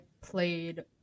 played